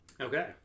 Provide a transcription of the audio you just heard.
Okay